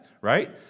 right